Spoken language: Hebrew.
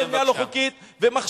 לא מדובר שם בבנייה לא חוקית, ומכשיר.